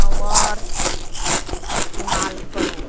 नओर इस्तेमाल करोह